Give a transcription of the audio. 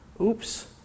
Oops